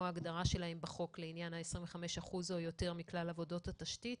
ההגדרה שלהן בחוק לעניין ה-25% או יותר מכלל עבודות התשתית.